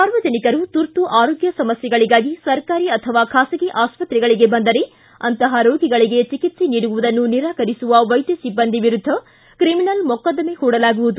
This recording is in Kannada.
ಸಾರ್ವಜನಿಕರು ತುರ್ತು ಆರೋಗ್ಯ ಸಮಸ್ಥೆಗಳಿಗಾಗಿ ಸರ್ಕಾರಿ ಅಥವಾ ಖಾಸಗಿ ಆಸ್ವತ್ರೆಗಳಿಗೆ ಬಂದರೆ ಅಂತಹ ರೋಗಿಗಳಿಗೆ ಚಿಕಿತ್ಸೆ ನೀಡುವುದನ್ನು ನಿರಾಕರಿಸುವ ವೈದ್ಯ ಸಿಬ್ಬಂದಿ ವಿರುದ್ದ ತ್ರಿಮಿನಲ್ ಮೊಕದ್ದಮೆ ಹೊಡಲಾಗುವುದು